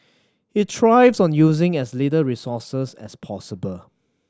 he thrives on using as little resources as possible